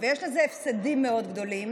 ויש לזה הפסדים מאוד גדולים,